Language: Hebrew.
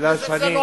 מכיוון שאני,